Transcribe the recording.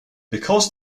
because